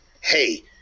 hey